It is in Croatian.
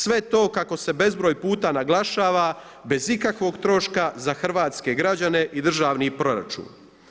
Sve to kako se bezbroj puta naglašava bez ikakvog troška za hrvatske građane i državni proračuna.